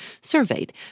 surveyed